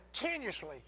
continuously